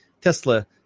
Tesla